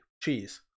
Cheese